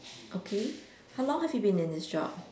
okay how long have you been in this job